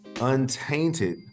untainted